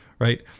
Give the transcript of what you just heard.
right